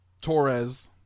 Torres